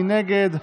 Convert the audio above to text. מי נגד?